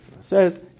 says